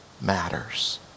matters